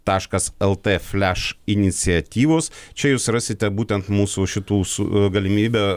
taškas lt fliaš iniciatyvos čia jūs rasite būtent mūsų šitų su galimybę